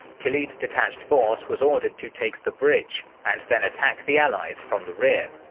khalid's detached force was ordered to take the bridge and then attack the allies from the rear.